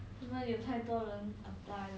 mm